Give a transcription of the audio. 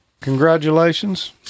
Congratulations